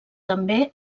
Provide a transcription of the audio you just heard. també